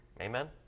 Amen